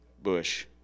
bush